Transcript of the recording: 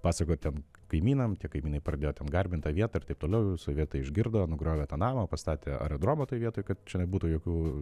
pasakot tiem kaimynam kaimynai pradėjo ten garbint tą vietą ir taip toliau sovietai išgirdo nugriovė tą namą pastatė aerodromą toj vietoj kad čia nebūtų jokių